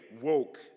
woke